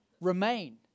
remain